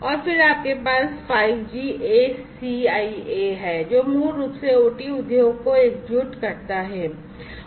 और फिर आपके पास 5 G ACIA है जो मूल रूप से OT उद्योग को एकजुट करता है